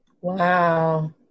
Wow